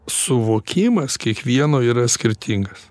suvokimas kiekvieno yra skirtingas